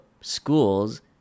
schools